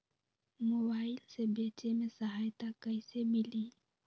Mobile से बेचे में सहायता कईसे मिली?